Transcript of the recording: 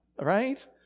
right